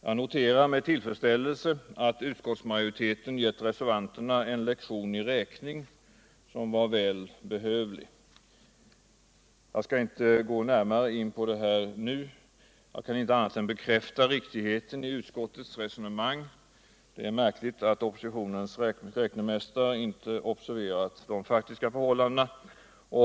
Jag noterar med tillfredsställelse att utskottsmajoriteten har givit reservanterna en lektion i räkning som var välbehövlig. Jag skall inte gå närmare in på detta nu. Jag kan inte annat än bekräfta riktigheten j utskottets resonemang. Det är märkligt att oppositionens räknemästare inte har observerat de faktiska förhållandena.